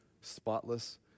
spotless